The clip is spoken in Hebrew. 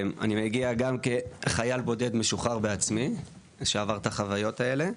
אני מגיע גם כחייל בודד משוחרר בעצמי שעבר את החוויות האלה,